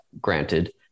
granted